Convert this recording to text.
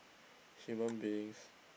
human beings